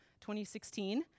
2016